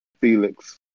Felix